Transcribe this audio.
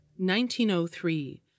1903